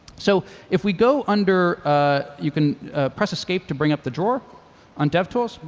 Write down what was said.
so if we go under you can press escape to bring up the drawer on devtools,